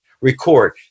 record